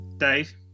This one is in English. Dave